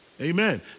Amen